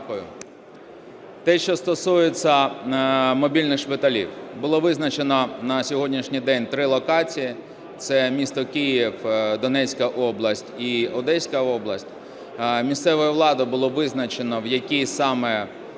Те, що стосується мобільних шпиталів. Було визначено на сьогоднішній день три локації: це місто Київ, Донецька область і Одеська область. Місцевою владою було визначено, в якій саме